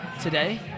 Today